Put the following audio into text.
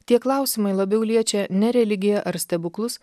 tie klausimai labiau liečia ne religiją ar stebuklus